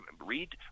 Read